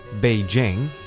Beijing